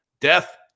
death